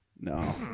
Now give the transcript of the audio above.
No